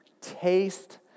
Taste